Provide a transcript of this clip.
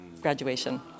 graduation